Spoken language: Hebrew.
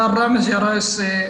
מר ראמז ג'ראייסי,